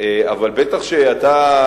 אבל בטח אתה,